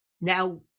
Now